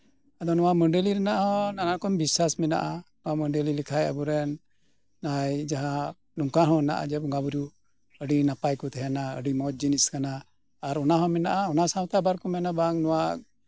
ᱱ ᱚᱣᱟ ᱢᱟᱹᱰᱟᱞᱤ ᱨᱮᱱᱟᱜ ᱦᱚᱸ ᱱᱟᱱᱟ ᱨᱚᱠᱚᱢ ᱵᱤᱥᱥᱟᱥ ᱢᱮᱱᱟᱜᱼᱟ ᱵᱟᱢ ᱢᱟᱹᱰᱟᱞᱤ ᱞᱮᱠᱷᱟᱡ ᱟᱵᱚ ᱨᱮᱱ ᱱᱚᱝᱠᱟ ᱦᱚᱸ ᱢᱮᱱᱟᱜᱼᱟ ᱵᱚᱸᱜᱟ ᱵᱩᱨᱩ ᱟᱹᱰᱤ ᱱᱟᱯᱟᱭ ᱠᱚ ᱛᱟᱸᱦᱮᱱᱟ ᱟᱹᱰᱤ ᱢᱚᱸᱡ ᱡᱤᱱᱤᱥ ᱠᱟᱱᱟ ᱚᱱᱟ ᱥᱟᱶᱛᱮ ᱟᱵᱟᱨ ᱠᱚ ᱢᱮᱱᱟ ᱵᱟᱝ ᱱᱚᱶᱟ